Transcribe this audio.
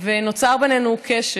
ונוצר בינינו קשר.